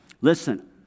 Listen